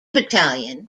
battalion